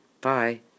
Bye